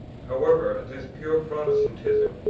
however, this pure protestantism,